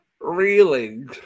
reeling